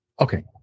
Okay